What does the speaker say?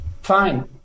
fine